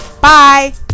Bye